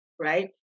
right